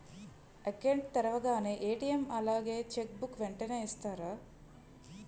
Account తెరవగానే ATM అలాగే cheque book వెంటనే ఇస్తారా?